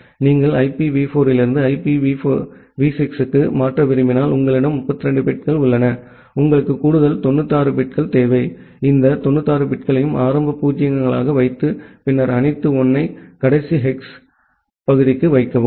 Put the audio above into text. நீங்கள் ஐபிவி 4 இலிருந்து ஐபிவி 6 க்கு மாற்ற விரும்பினால் உங்களிடம் 32 பிட்கள் உள்ளன உங்களுக்கு கூடுதல் 96 பிட்கள் தேவை இந்த 96 பிட்களையும் ஆரம்ப 0 களாக வைத்து பின்னர் அனைத்து 1 ஐ கடைசி ஹெக்ஸ் பகுதிக்கு வைக்கவும்